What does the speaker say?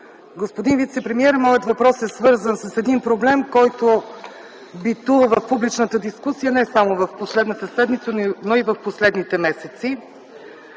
Господин вицепремиер, моят въпрос е свързан с един проблем, който битува в публичната дискусия не само през последната седмица, но и в последните месеци.